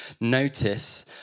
notice